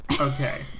Okay